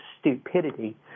stupidity